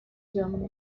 german